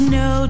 no